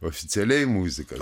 oficialiai muzikas